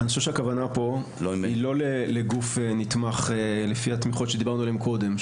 אני חושב שהכוונה פה היא לא לגוף נתמך לפי התמיכות שדיברנו עליהן קודם,